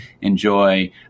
enjoy